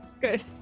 Good